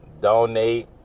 donate